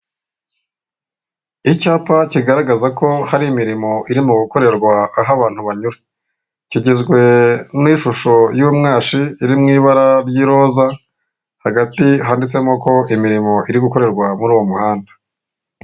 Icyapa kigaragaza ko hari imirimo irimo gukorerwa aho abantu banyura, kigizwe n'ishusho y'umwashi iri mu ibara ry'iroza, hagati handitsemo ko imirimo iri gukorerwa muri uwo muhanda.